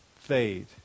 fade